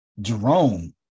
Jerome